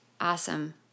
Awesome